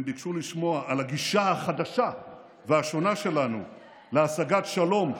הם ביקשו לשמוע על הגישה החדשה והשונה שלנו להשגת שלום,